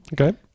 Okay